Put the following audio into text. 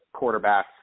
Quarterbacks